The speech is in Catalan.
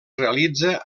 realitza